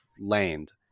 land